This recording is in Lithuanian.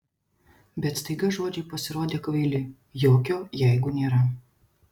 bet staiga žodžiai pasirodė kvaili jokio jeigu nėra